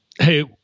hey